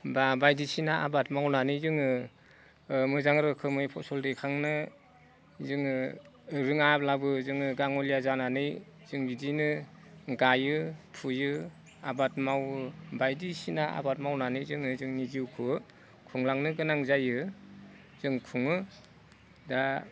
बा बायदिसिना आबाद मावनानै जोङो मोजां रोखोमै फसल दैखांनो जोङो रोङाब्लाबो जोङो गाङ'लिया जानानै जों बिदिनो गायो फुयो आबाद मावो बायदिसिना आबाद मावनानै जोङो जोंनि जिउखो खुंलांनो गोनां जायो जों खुङो दा